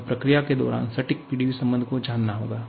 हमें प्रक्रिया के दौरान सटीक PdVसंबंध को जानना होगा